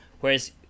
whereas